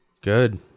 Good